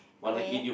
oh ya